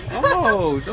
hello!